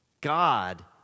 God